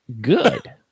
good